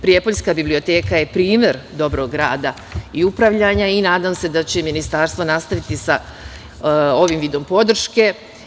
Prijepoljska biblioteka je primer dobrog rada i upravljanja i nadam se da će Ministarstvo nastaviti sa ovim vidom podrške.